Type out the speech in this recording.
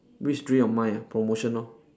which dream of mine ah promotion lor